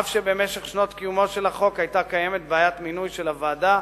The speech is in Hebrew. אף שבמשך שנות קיומו של החוק היתה קיימת בעיית מינוי של הוועדה,